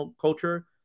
culture